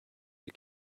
you